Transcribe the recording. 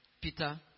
Peter